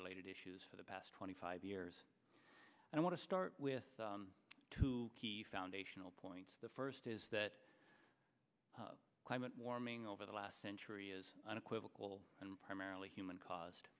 related issues for the past twenty five years and i want to start with two key foundational points the first is that climate warming over the last century is unequivocal and primarily human caused